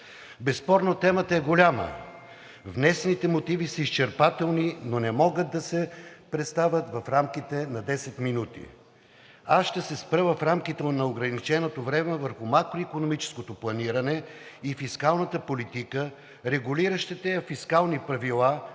Безспорно темата е голяма. Внесените мотиви са изчерпателни, но не могат да се представят в рамките на 10 минути. В рамките на ограниченото време аз ще се спра върху макроикономическото планиране и фискалната политика, регулиращите я фискални правила,